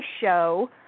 show